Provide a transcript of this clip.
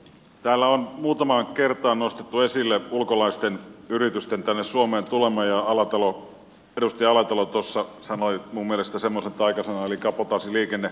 täällä on muutamaan kertaan nostettu esille ulkolaisten yritysten tänne suomeen tulo ja edustaja alatalo tuossa sanoi minun mielestäni semmoisen taikasanan eli kabotaasiliikenne